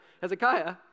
Hezekiah